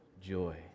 joy